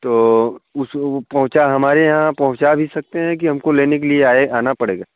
तो उस वो पहुँचा हमारे यहाँ पहुँचा भी सकते हैं कि हमको लेने के लिए आए आना पड़ेगा